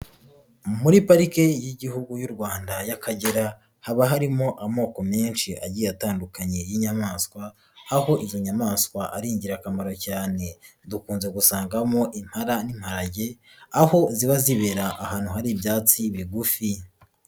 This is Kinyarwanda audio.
Muri pariki y'Igihugu y'u Rwanda y'akagera haba harimo amoko menshi agiye atandukanye y'inyamaswa, aho izi nyamaswa ari ingirakamaro cyane, dukunze gusangamo impara n'imparage, aho ziba zibera ahantu hari ibyatsi bigufi.